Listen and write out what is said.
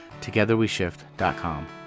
togetherweshift.com